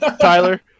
Tyler